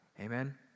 amen